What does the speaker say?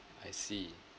I see